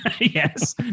Yes